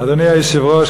אדוני היושב-ראש,